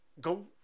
go